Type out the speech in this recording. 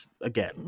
again